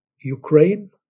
Ukraine